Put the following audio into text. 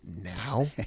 now